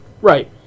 Right